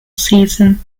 season